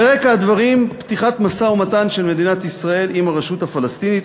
ברקע הדברים פתיחת משא-ומתן של מדינת ישראל עם הרשות הפלסטינית,